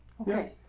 Okay